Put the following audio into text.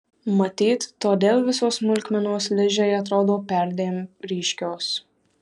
matyt todėl visos smulkmenos ližei atrodo perdėm ryškios